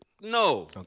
No